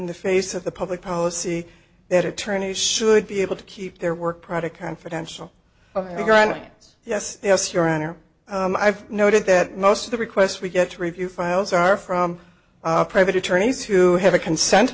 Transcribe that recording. the face of the public policy that attorneys should be able to keep their work product confidential right yes yes your honor i've noted that most of the requests we get to review files are from private attorneys who have a consent